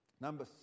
Number